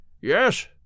Yes